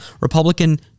Republican